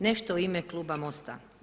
Nešto u ime kluba MOST-a.